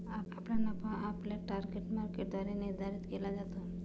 आपला नफा आपल्या टार्गेट मार्केटद्वारे निर्धारित केला जातो